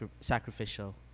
sacrificial